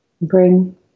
Bring